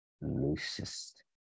loosest